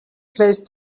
placed